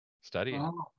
Studying